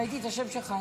ראיתי את השם שלך.